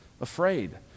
afraid